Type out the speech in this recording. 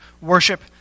worship